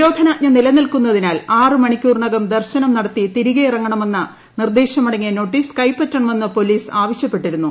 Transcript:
നിരോധനാജ്ഞ നിലനിൽക്കുന്നതിനാൽ ആറ് മണിക്കൂറിനകം ദർശനം നടത്തി തിരിക്ക് ഇറങ്ങണമെന്ന നിർദ്ദേശമടങ്ങിയ നോട്ടീസ് മൂക്ക്പ്പറ്റ്ണമെന്ന് പോലീസ് ആവശ്യപ്പെട്ടിരുന്നു